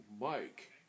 Mike